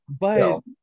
But-